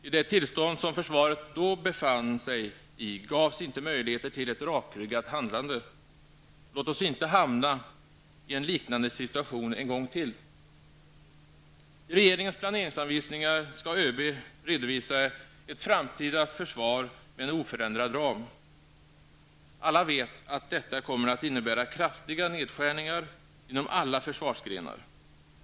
I det tillstånd som försvaret då befann sig i gavs det inte möjligheter till ett rakryggat handlande. Låt oss inte hamna i en liknande situation en gång till. redovisa ett framtida försvar med en oförändrad ram. Alla vet att detta kommer att innebära kraftiga nedskärningar inom alla försvarsgrenar.